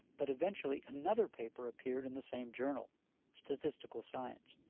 but eventually another paper appeared in the same journal statistical science.